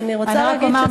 אני רק אומר שמכיוון,